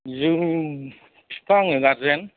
जिउनि फिफा आंनो गारजेन